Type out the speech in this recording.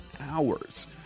hours